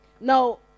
Now